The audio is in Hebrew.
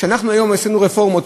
כשאנחנו היום עשינו רפורמות,